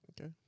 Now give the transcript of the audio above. Okay